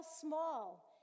small